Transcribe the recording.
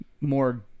more